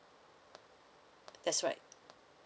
that's right